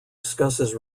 discusses